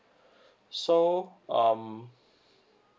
so um